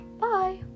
bye